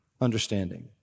understanding